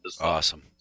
Awesome